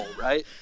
right